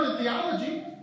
Theology